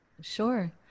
Sure